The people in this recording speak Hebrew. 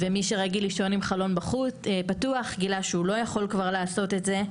ומי שרגיל לישון עם חלון פתוח גילה שהוא לא יכול כבר לעשות את זה.